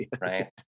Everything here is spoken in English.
Right